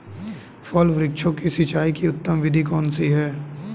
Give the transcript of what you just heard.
फल वृक्षों की सिंचाई की उत्तम विधि कौन सी है?